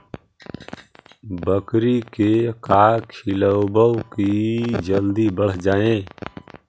बकरी के का खिलैबै कि जल्दी बढ़ जाए?